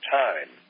time